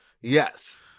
Yes